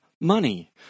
money